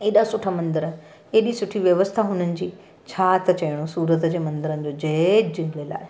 एॾा सुठा मंदर एॾी सुठी व्यवस्था हुननि जी छा त चइणो सूरत जे मंदरनि जो जय झूलेलाल